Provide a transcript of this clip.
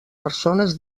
persones